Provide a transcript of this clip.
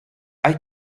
hay